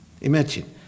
Imagine